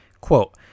Quote